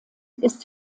ist